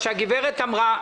מה שמיכל גלברט אמרה